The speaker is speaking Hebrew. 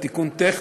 זה תיקון טכני,